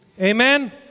Amen